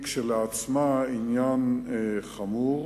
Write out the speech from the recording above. היא כשלעצמה עניין חמור.